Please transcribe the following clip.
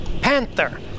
Panther